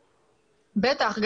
בטח.